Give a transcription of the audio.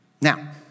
Now